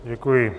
Děkuji.